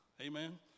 Amen